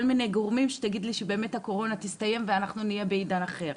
מיני גורמים שתגיד לי שבאמת הקורונה תסתיים ואנחנו נהיה בעידן אחר.